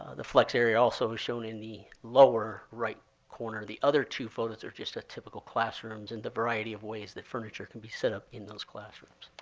ah the flex area also is shown in the lower right corner. the other two photos are just typical classrooms in the variety of ways the furniture can be set up in those classrooms.